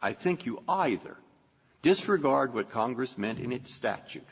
i think you either disregard what congress meant in its statute